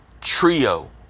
Trio